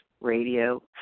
radio